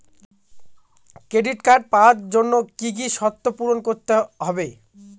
Credit card পাওয়ার জন্য কি কি শর্ত পূরণ করতে হবে?